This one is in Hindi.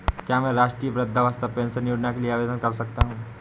क्या मैं राष्ट्रीय वृद्धावस्था पेंशन योजना के लिए आवेदन कर सकता हूँ?